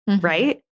right